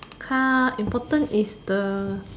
car important is the